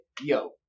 yo